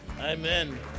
Amen